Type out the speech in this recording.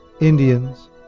Indians